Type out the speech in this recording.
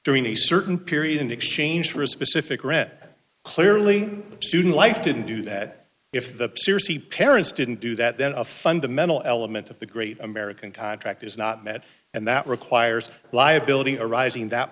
during a certain period in exchange for a specific rent clearly student life didn't do that if the pearcey parents didn't do that then a fundamental element of the great american contract is not met and that requires liability arising in that